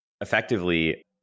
Effectively